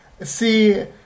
see